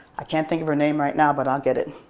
i can't think of her name right now but i'll get it.